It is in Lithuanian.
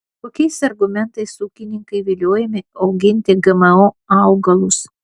kokiais argumentais ūkininkai viliojami auginti gmo augalus